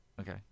Okay